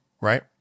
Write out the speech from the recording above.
Right